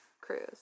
Cruise